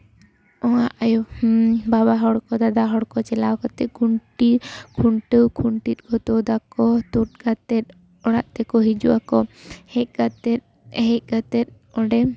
ᱚᱱᱟ ᱟᱭᱩ ᱵᱟᱵᱟ ᱦᱚᱲ ᱠᱚ ᱫᱟᱫᱟ ᱦᱚᱲ ᱠᱚ ᱪᱟᱞᱟᱣ ᱠᱟᱛᱮ ᱠᱷᱩᱱᱴᱤ ᱠᱷᱩᱱᱴᱟᱹᱣ ᱠᱷᱩᱱᱴᱤ ᱠᱚ ᱛᱩᱫᱟᱠᱚ ᱛᱩᱫ ᱠᱟᱛᱮ ᱚᱲᱟᱜ ᱛᱮᱠᱚ ᱦᱤᱡᱩᱜᱼᱟᱠᱚ ᱦᱮᱡ ᱠᱟᱛᱮ ᱦᱮᱡ ᱠᱟᱛᱮ ᱚᱸᱰᱮ